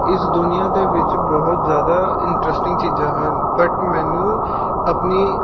ਇਸ ਦੁਨੀਆਂ ਦੇ ਵਿੱਚ ਬਹੁਤ ਜ਼ਿਆਦਾ ਇੰਟਰਸਟਿੰਗ ਚੀਜ਼ਾਂ ਹਨ ਬਟ ਮੈਨੂੰ ਆਪਣੀ